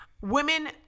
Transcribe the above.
Women